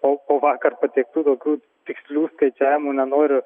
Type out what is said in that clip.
o o vakar pateiktų daugiau tikslių skaičiavimų nenoriu